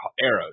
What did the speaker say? arrows